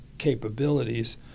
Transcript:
capabilities